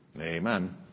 Amen